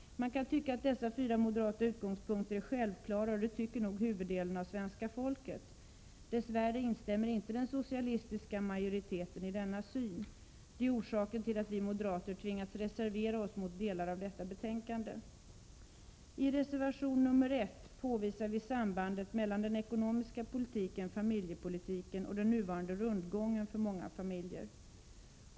Man kan tycka att dessa fyra moderata utgångspunkter är självklara. Det tycker nog huvuddelen av svenska folket. Dess värre instämmer inte den socialistiska majoriteten i detta. Det är orsaken till att vi moderater tvingats reservera oss mot delar av detta betänkande. I reservation nr 1 påvisar vi sambandet mellan den ekonomiska politiken, familjepolitiken och den nuvarande rundgången för många familjer.